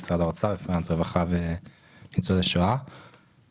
רפרנט רווחה וניצולי שואה במשרד האוצר.